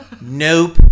Nope